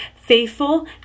Faithful